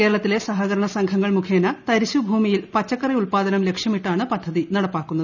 കേരളത്തിലെ സഹകരണ സംഘങ്ങൾ മുഖേന തരിശു ഭൂമിയൽ പച്ചക്കറി ഉത്പാദനം ലക്ഷമിട്ടാണ് പദ്ധതി നടപ്പാക്കുന്നത്